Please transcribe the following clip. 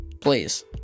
please